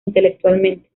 intelectualmente